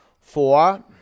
Four